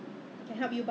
对